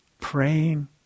praying